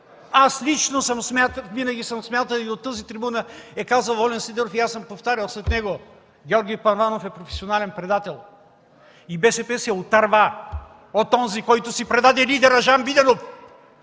Аз лично винаги съм смятал и от тази трибуна е казвал Волен Сидеров, и аз съм повтарял след него – Георги Първанов е професионален предател! БСП се отърва от онзи, който предаде лидера си Жан Виденов,